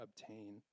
obtain